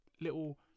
little